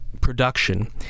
production